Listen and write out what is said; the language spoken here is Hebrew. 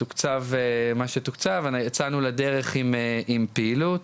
תוקצב מה שתוקצב, יצאנו לדרך עם פעילות,